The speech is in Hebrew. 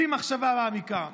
בלי מחשבה מעמיקה.